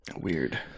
Weird